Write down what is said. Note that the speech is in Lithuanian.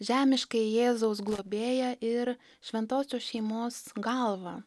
žemiškąjį jėzaus globėją ir šventosios šeimos galvą